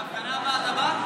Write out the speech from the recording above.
להפגנה הבאה אתה בא?